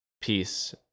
peace